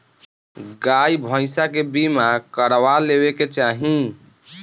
गाई भईसा के बीमा करवा लेवे के चाही